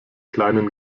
kleinen